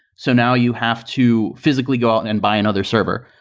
so now you have to physically go out and buy another server.